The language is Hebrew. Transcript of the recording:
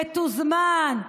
מתוזמן,